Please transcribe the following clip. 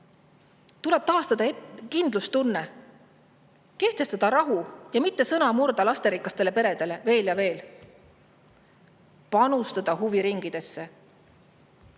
Tuleb taastada kindlustunne, kehtestada rahu ja mitte sõna murda lasterikastele peredele veel ja veel. Panustada huviringidesse,